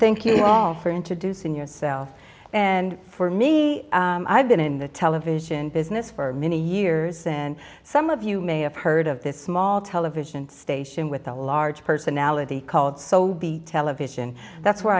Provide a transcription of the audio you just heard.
thank you for introducing yourself and for me i've been in the television business for many years and some of you may have heard of this small television station with a large personality called so the television that's where